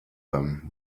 them